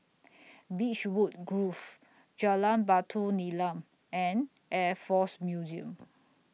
Beechwood Grove Jalan Batu Nilam and Air Force Museum